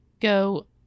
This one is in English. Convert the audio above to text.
go